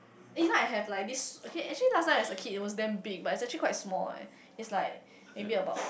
eh now I have like this okay actually last night is a kid it was then big but actually quite small eh is like maybe about